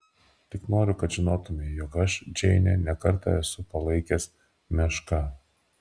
tik noriu kad žinotumei jog aš džeinę ne kartą esu palaikęs meška